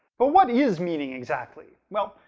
but what is meaning, exactly? well,